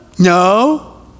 No